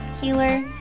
healer